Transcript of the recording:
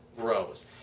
grows